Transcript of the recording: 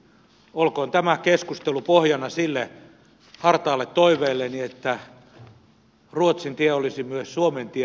olkoon tämä keskustelu pohjana sille hartaalle toiveelleni että ruotsin tie olisi myös suomen tie